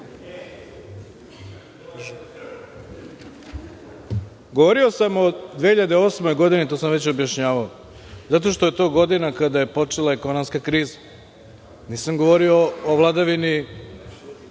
ista. Govorio sam o 2008. godini, to sam već objašnjavao, zato što je to godina kada je počela ekonomska kriza. Nisam govorio o vladavini